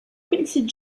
quincy